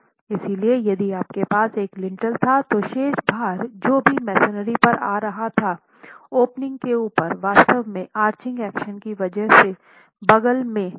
इसलिए यदि आपके पास एक लिंटेल था तो शेष भार जो भी मेसनरी पर आ रहा है ओपनिंग के ऊपर वास्तव में आर्चिंग एक्शन की वजह से बगल में नीचे की ओर धंसा हुआ है